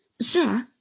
sir